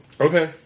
Okay